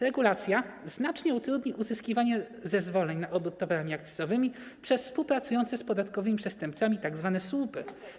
Regulacja znacznie utrudni uzyskiwanie zezwoleń na obrót towarami akcyzowymi przez współpracujące z podatkowymi przestępcami tzw. słupy.